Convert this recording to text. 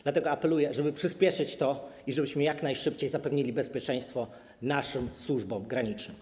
Dlatego apeluję, żeby przyspieszyć to i żebyśmy jak najszybciej zapewnili bezpieczeństwo naszym służbom granicznym.